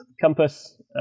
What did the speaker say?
compass